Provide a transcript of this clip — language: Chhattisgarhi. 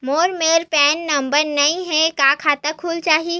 मोर मेर पैन नंबर नई हे का खाता खुल जाही?